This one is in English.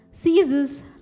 seizes